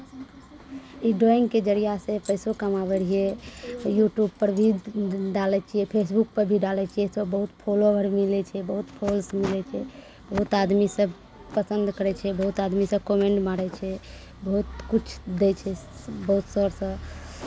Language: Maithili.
ई ड्राइङ्गके जरियासे पैसो कमाबै रहियै यूट्यूबपर भी डालै छियै फेसबुकपर भी डालै छियै एहिसँ बहुत फाॅलोअर मिलै छै बहुत फैँस मिलै छै बहुत आदमीसभ पसन्द करै छै बहुत आदमीसभ कमेन्ट मारै छै बहुत किछु दै छै ब सरसभ तऽ